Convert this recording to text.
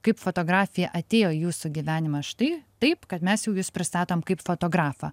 kaip fotografija atėjo į jūsų gyvenimą štai taip kad mes jau jus pristatom kaip fotografą